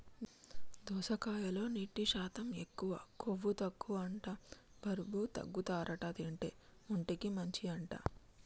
దోసకాయలో నీటి శాతం ఎక్కువ, కొవ్వు తక్కువ అంట బరువు తగ్గుతారట తింటే, ఒంటికి మంచి అంట